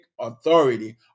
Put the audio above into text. authority